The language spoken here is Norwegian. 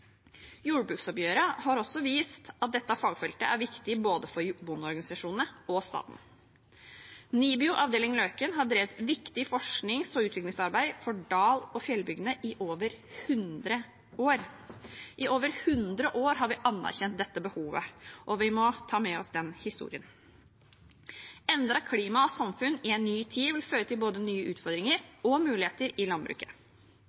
Jordbruksoppgjøret har også vist at dette fagfeltet er viktig for både bondeorganisasjonene og staten. NIBIO avdeling Løken har drevet viktig forsknings- og utviklingsarbeid for dal- og fjellbygdene i over 100 år – i over 100 år har vi anerkjent dette behovet, og vi må ta med oss den historien. Endret klima og samfunn i en ny tid vil føre til både nye utfordringer og muligheter i landbruket.